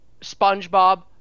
Spongebob